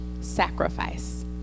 sacrifice